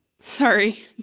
Sorry